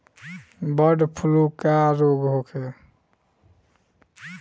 Bird flu का रोग होखे?